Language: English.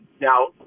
Now